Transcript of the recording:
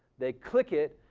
they click it